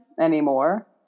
anymore